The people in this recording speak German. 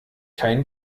kein